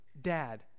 dad